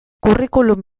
curriculum